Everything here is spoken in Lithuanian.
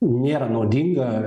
nėra naudinga